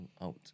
out